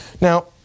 Now